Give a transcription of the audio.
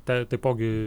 tą taipogi